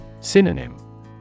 Synonym